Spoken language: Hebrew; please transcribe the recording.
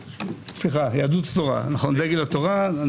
סליחה, דגל התורה.